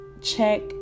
check